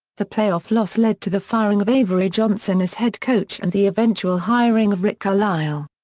the playoff loss led to the firing of avery johnson as head coach and the eventual hiring of rick carlisle.